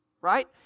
right